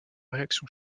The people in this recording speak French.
réaction